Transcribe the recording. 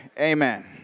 Amen